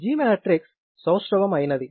G matrix సౌష్టవం అయినది